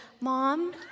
Mom